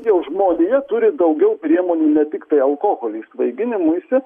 jau žmonija turi daugiau priemonių ne tiktai alkoholiui svaiginimuisi